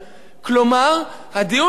כלומר הדיון באוצר,